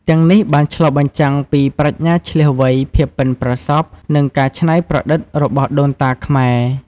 ទាំងនេះបានឆ្លុះបញ្ចាំងពីប្រាជ្ញាឈ្លាសវៃ ភាពប៉ិនប្រសប់ និងការច្នៃប្រឌិតរបស់ដូនតាខ្មែរ។